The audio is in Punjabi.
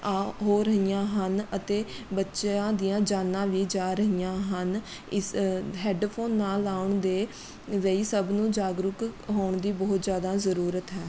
ਹੋ ਰਹੀਆਂ ਹਨ ਅਤੇ ਬੱਚਿਆਂ ਦੀਆਂ ਜਾਨਾਂ ਵੀ ਜਾ ਰਹੀਆਂ ਹਨ ਇਸ ਹੈਡਫੋਨ ਨਾ ਲਾਉਣ ਦੇ ਲਈ ਸਭ ਨੂੰ ਜਾਗਰੂਕ ਹੋਣ ਦੀ ਬਹੁਤ ਜ਼ਿਆਦਾ ਜ਼ਰੂਰਤ ਹੈ